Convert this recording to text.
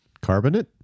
Carbonate